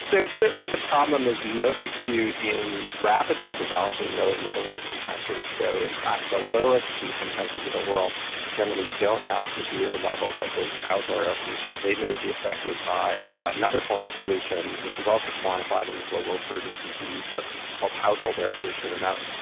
so certainly the problem is most acute in rapidly developing low and middle income countries. so in fact the lowest income countries of the world generally don't have severe levels of this outdoor air pollution. they may be affected by another form of pollution which is also quantified in the global burden of disease, that's called household air pollution and that's,